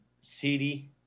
city